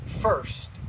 first